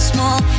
Small